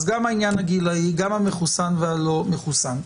אז גם העניין הגילי, גם המחוסן ולא מחוסן.